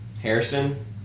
Harrison